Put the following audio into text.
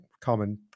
Common